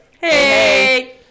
Hey